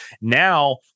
Now